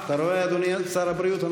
אתה רואה, אדוני שר הבריאות?